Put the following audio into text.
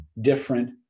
different